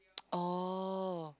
oh